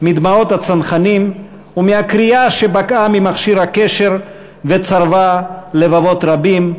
מדמעות הצנחנים ומהקריאה שבקעה ממכשיר הקשר וצרבה לבבות רבים,